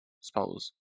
suppose